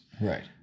Right